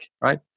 right